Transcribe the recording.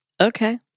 Okay